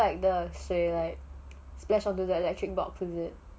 so like the 水 splashed onto the electric box is it